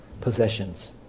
possessions